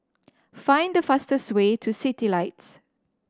find the fastest way to Citylights